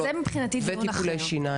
כמו כן טיפולי שיניים.